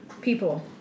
people